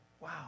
Wow